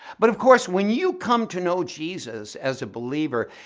but of course when you come to know jesus as a believer,